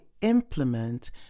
implement